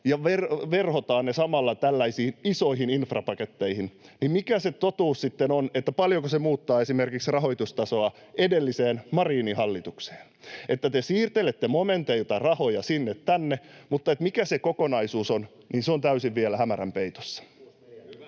jotka verhotaan samalla tällaisiin isoihin infrapaketteihin, muuttavat esimerkiksi rahoitustasoa edelliseen, Marinin hallitukseen verrattuna. Te siirtelette momenteilta rahoja sinne tänne, mutta se, mikä se kokonaisuus on, on vielä täysin hämärän peitossa.